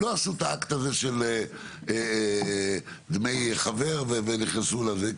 הם לא עשו את האקט הזה של דמי חבר ונכנסו לזה,